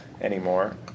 anymore